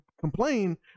complain